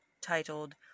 titled